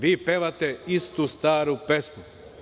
Vi pevate istu, staru pesmu.